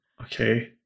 Okay